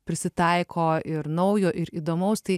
prisitaiko ir naujo ir įdomaus tai